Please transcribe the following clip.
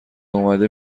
اومده